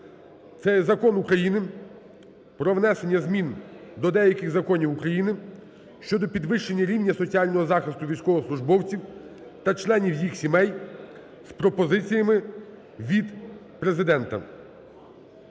є Закон України "Про внесення змін до деяких законів України щодо підвищення рівня соціального захисту військовослужбовців та членів їх сімей" з пропозиціями від Президента